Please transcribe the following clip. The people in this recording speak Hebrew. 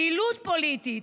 הפעילות הפוליטית,